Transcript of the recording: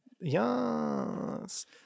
Yes